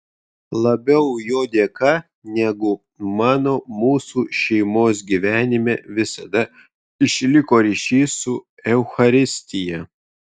labiau jo dėka negu mano mūsų šeimos gyvenime visada išliko ryšys su eucharistija